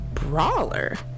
brawler